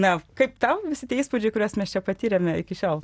na kaip tau visi tie įspūdžiai kuriuos mes čia patyrėme iki šiol